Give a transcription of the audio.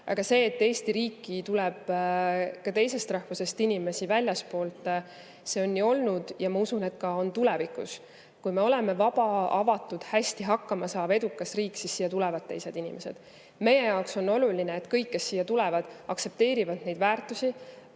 Aga see, et Eesti riiki tuleb ka teistest rahvustest inimesi väljastpoolt, on ikka nii olnud ja ma usun, et on ka tulevikus. Kui me oleme vaba, avatud, hästi hakkama saav edukas riik, siis siia tulevad teised inimesed. Meie jaoks on oluline, et kõik, kes siia tulevad, aktsepteerivad neid väärtusi,